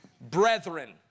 Brethren